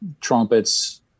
trumpets